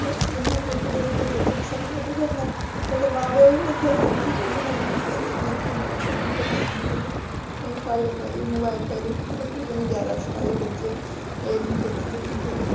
बस इन्नी हारियां खेढां जेह्कियां बच्चे पसंद करदे खेढना उंदे मां प्यो नी खेलन दिंदे कोई मना नी करदा कि नेईं खेलनियां एह् आह्लियां खेढां एह् नी खेलो के कि सारें मतलब एह् मुवाइल शुवाइल दिक्खना केईं गुना ज्यादा अच्छा एह् बच्चें एह् आह्लियां खेढां जेह्कियां खेलन